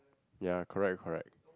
ya correct correct